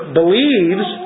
believes